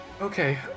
okay